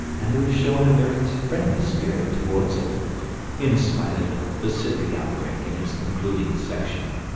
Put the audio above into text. and who have shown a very friendly spirit towards it in spite of the pacific outbreak in its concluding section.